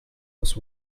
was